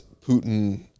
Putin